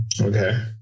Okay